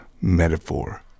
metaphor